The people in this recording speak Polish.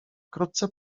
wkrótce